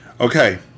Okay